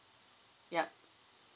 yup